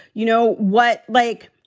you know what? like,